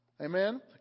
Amen